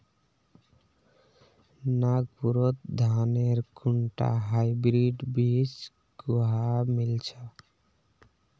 नागपुरत धानेर कुनटा हाइब्रिड बीज कुहा मिल छ